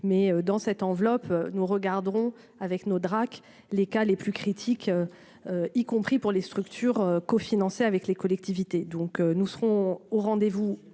mais dans cette enveloppe, nous regarderons avec nos Drake les cas les plus critiques, y compris pour les structures cofinancé avec les collectivités, donc nous serons au rendez-vous,